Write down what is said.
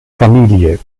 familie